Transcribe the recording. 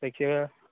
जायखिया